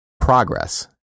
progress